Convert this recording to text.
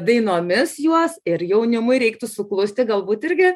dainomis juos ir jaunimui reiktų suklusti galbūt irgi